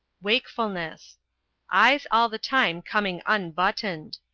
wakefulness eyes all the time coming unbuttoned.